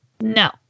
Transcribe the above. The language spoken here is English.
no